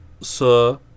Sir